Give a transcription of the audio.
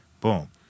Boom